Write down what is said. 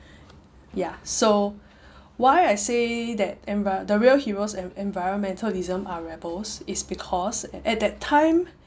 ya so why I say that envi~ the real heroes and environmentalism are rebels is because at that time